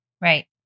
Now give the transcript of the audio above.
Right